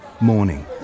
Morning